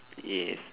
yes